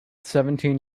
seventeen